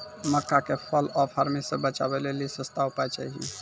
मक्का के fall of army से बचाबै लेली सस्ता उपाय चाहिए?